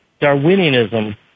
Darwinianism